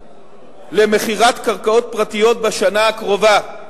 במכירת קרקעות פרטיות בשנה הקרובה,